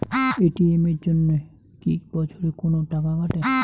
ATM এর জন্যে কি বছরে কোনো টাকা কাটে?